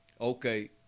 okay